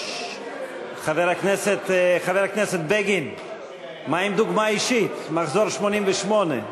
חבר הכנסת בגין, מה עם דוגמה אישית, מחזור 88'?